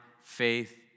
faith